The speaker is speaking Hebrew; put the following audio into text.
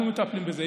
אנחנו מטפלים בזה.